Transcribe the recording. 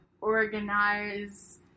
organize